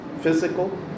physical